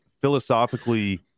philosophically